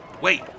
Wait